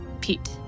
Pete